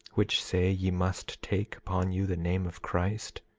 which say ye must take upon you the name of christ,